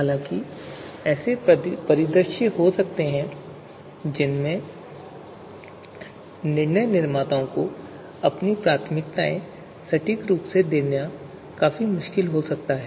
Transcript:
हालाँकि ऐसे परिदृश्य हो सकते हैं जहाँ निर्णय निर्माताओं को अपनी प्राथमिकताएँ सटीक रूप से देना काफी मुश्किल हो सकता है